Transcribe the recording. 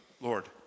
Lord